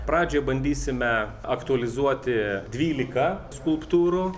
pradžioj bandysime aktualizuoti dvylika skulptūrų